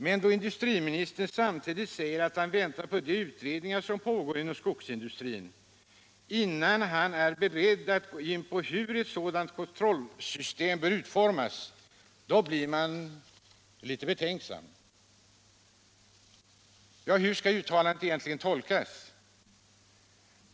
Men då industriministern samtidigt säger att han väntar på de utredningar som pågår inom skogsnäringen, innan han är beredd att gå in på hur ett sådant kontrollsystem bör utformas, blir man litet betänksam. Ja, hur skall detta uttalande egentligen tolkas?